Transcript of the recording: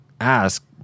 ask